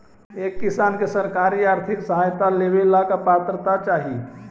एक किसान के सरकारी आर्थिक सहायता लेवेला का पात्रता चाही?